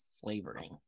flavoring